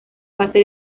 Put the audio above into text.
base